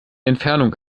entfernung